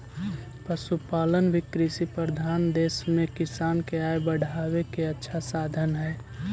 पशुपालन भी कृषिप्रधान देश में किसान के आय बढ़ावे के अच्छा साधन हइ